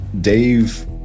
Dave